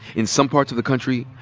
in some parts of the country,